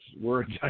words